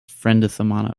friendesemana